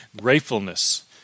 gratefulness